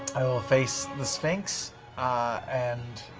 i will face the sphinx and